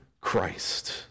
Christ